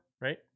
right